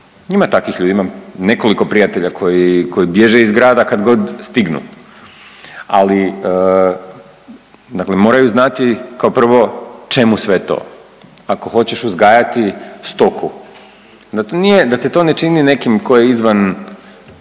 ima takvih ljudi, imam nekoliko prijatelja koji bježe iz grada kad god stignu. Ali dakle moraju znati kao prvo čemu sve to. Ako hoćeš uzgajati stoku da nije, da te to ne čini nekim tko je izvan